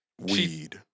Weed